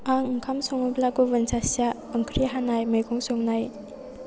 आं ओंखाम संब्ला गुबुन सासेया ओंख्रि हानाय मैगं संनाय